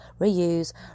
reuse